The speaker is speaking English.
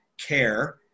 care